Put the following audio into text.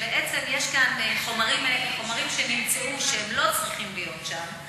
שבעצם יש כאן חומרים שנמצאו שלא צריכים להיות שם.